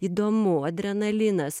įdomu adrenalinas